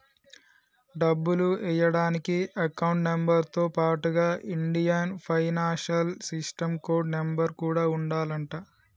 డబ్బులు ఎయ్యడానికి account number తో పాటుగా Indian financial system code number కూడా ఉండాలంట